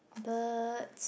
but